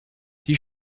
die